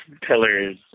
pillars